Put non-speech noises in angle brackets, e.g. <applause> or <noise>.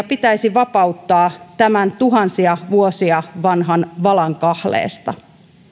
<unintelligible> pitäisi vapauttaa tämän tuhansia vuosia vanhan valan kahleesta